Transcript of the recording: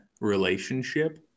relationship